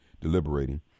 deliberating